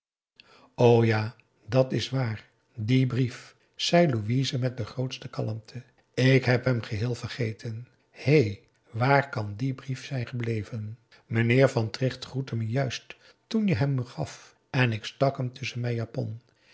ja dat is waar die brief zei louise met de grootste kalmte ik heb hem geheel vergeten hé waar kan die brief zijn gebleven meneer van tricht groette me juist toen je hem mij gaf en ik stak hem tusschen mijn japon